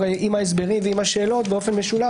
עם ההסברים ועם השאלות באופן משולב.